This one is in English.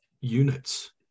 units